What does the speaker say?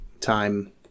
time